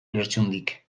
lertxundik